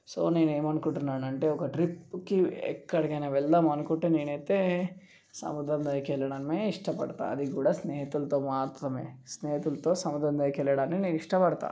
so నేనేం అనుకుంటున్నానంటే ఒక ట్రిప్కి ఎక్కడికైనా వెళ్దామనుకుంటే నేనైతే సముద్రం దగ్గరకెళ్ళడమే ఇష్టపడతా అది కూడా స్నేహితులతో మాత్రమే స్నేహితులతో సముద్రం దగ్గరకెళ్ళడాన్ని నేనిష్టపడతా